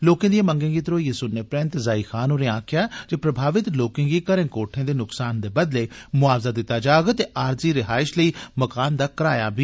लोकें दिएं मंगें गी धरोइयै सुनने परैंत जाई खान होरें आक्खेआ जे प्रभावत लोकें गी घरें कोठें दे नकसान दे बदले मुआवजा दित्ता जाग ते आरजी रिहाइष लेई मकान दा कराया बी